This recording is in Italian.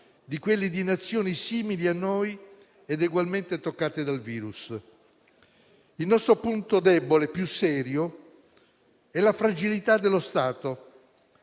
di quelli di Nazioni simili a noi ed egualmente toccate dal virus. Il nostro punto debole più serio è la fragilità dello Stato,